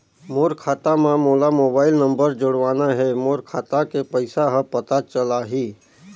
मोर खाता मां मोला मोबाइल नंबर जोड़वाना हे मोर खाता के पइसा ह पता चलाही?